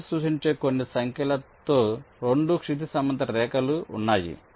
pins సూచించే కొన్ని సంఖ్యలతో 2 క్షితిజ సమాంతర రేఖలు ఉన్నాయి